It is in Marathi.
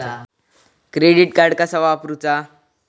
क्रेडिट कार्ड कसा वापरूचा?